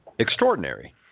Extraordinary